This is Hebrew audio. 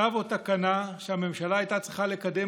צו או תקנה שהממשלה הייתה צריכה לקדם